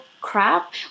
crap